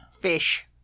Fish